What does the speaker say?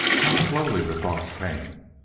how slowly the thoughts came!